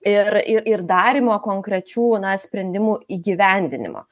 ir ir darymo konkrečių na sprendimų įgyvendinimo